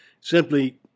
Simply